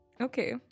Okay